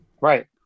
Right